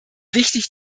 wichtig